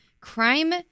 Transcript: crime